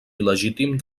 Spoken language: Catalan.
il·legítim